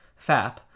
FAP